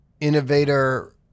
innovator